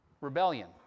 Rebellion